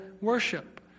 worship